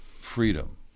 freedom